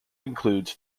includes